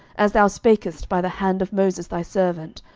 as thou spakest by the hand of moses thy servant,